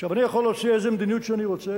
אני יכול להוציא איזו מדיניות שאני רוצה,